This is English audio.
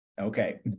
okay